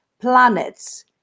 planets